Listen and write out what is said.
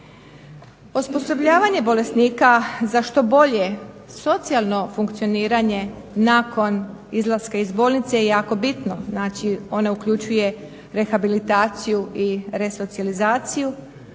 Osposobljavanje bolesnika za što bolje socijalno funkcioniranje nakon izlaska iz bolnice je jako bitno. Znači, ona uključuje rehabilitaciju i resocijalizaciju,